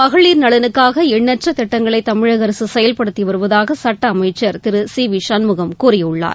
மகளிர் நலனுக்காக எண்ணற்ற திட்டங்களை தமிழக அரசு செயல்படுத்தி வருவதாக சுட்ட அமைச்சர் திரு சி வி சண்முகம் கூறியுள்ளார்